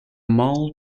mall